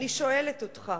אני שואלת אותך.